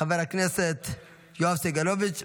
חבר הכנסת יואב סגלוביץ',